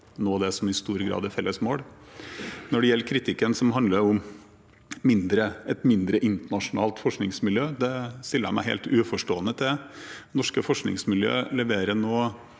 å nå det som i stor grad er felles mål. Når det gjelder kritikken som handler om et mindre internasjonalt forskningsmiljø, stiller jeg meg helt uforstående til det. Norske forskningsmiljøer leverer nå